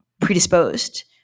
predisposed